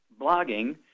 blogging